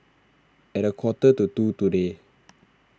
at a quarter to two today